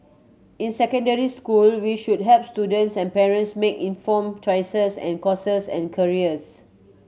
in secondary school we should help students and parents make informed choices and courses and careers